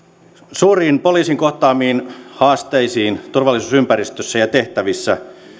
suuriin poliisin kohtaamiin haasteisiin turvallisuusympäristössä ja tehtävissä